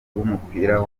w’umupira